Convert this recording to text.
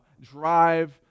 drive